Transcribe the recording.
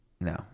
No